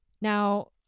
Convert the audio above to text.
Now